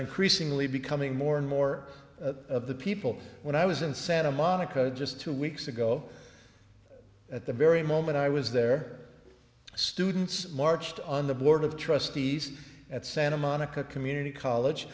increasingly becoming more and more of the people when i was in santa monica just two weeks ago at the very moment i was there students marched on the board of trustees at santa monica community college